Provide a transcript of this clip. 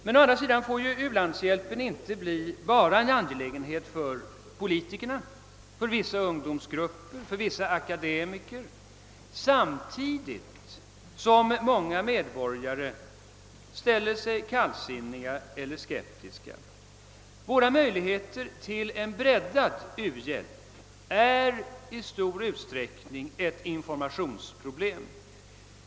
Men å andra sidan får ju u-landshjälpen inte bli bara en angelägenhet för politikerna, för vissa ungdomsgrupper och för vissa akademiker, samti digt som många medborgare ställer sig kallsinniga eller skeptiska. Våra möjligheter till en breddad u-hjälp är i stor utsträckning ett informationsproblem.